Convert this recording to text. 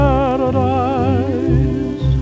Paradise